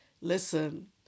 Listen